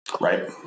Right